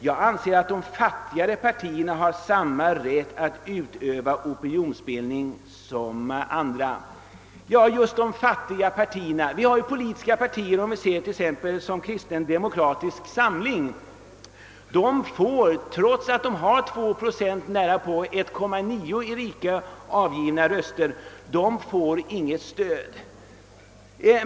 Jag anser att de fattigare partierna har samma rätt att utöva opinionsbildning som andra. Ja, just de fattiga partierna! Vi har ju politiska partier, t.ex. kristen demokratisk samling med nästan 1,9 procent av i riket avgivna röster, som inte får något stöd.